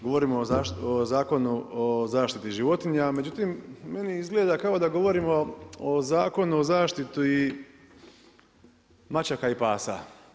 Govorimo o Zakonu o zaštiti životinja, međutim meni izgleda kao da govorimo o Zakonu o zaštiti mačaka i pasa.